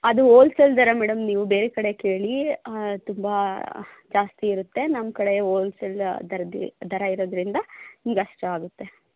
ಅದು ಓಲ್ಸೇಲ್ ದರ ಮೇಡಮ್ ನೀವು ಬೇರೆ ಕಡೆ ಕೇಳಿ ತುಂಬ ಜಾಸ್ತಿ ಇರುತ್ತೆ ನಮ್ಮ ಕಡೆ ಹೋಲ್ಸೆಲ್ ದರದ ದರ ಇರೋದರಿಂದ ನಿಮ್ಗೆ ಅಷ್ಟಾಗುತ್ತೆ